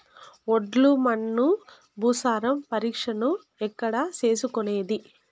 ఒండ్రు మన్ను భూసారం పరీక్షను ఎక్కడ చేసుకునేది?